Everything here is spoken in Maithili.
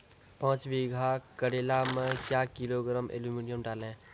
पाँच बीघा करेला मे क्या किलोग्राम एलमुनियम डालें?